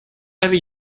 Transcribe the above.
heavy